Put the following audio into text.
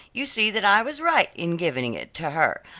you see that i was right in giving it to her,